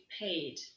paid